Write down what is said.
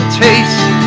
taste